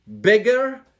bigger